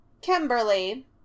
Kimberly